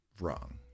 wrong